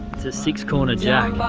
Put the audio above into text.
it's a six corner jack.